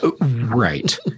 Right